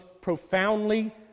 profoundly